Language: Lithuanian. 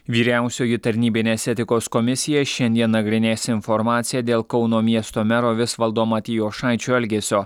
vyriausioji tarnybinės etikos komisija šiandien nagrinės informaciją dėl kauno miesto mero visvaldo matijošaičio elgesio